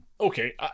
Okay